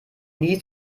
nie